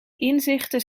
inzichten